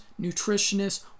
nutritionists